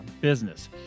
business